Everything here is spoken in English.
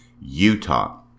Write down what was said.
Utah